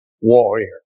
warrior